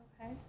Okay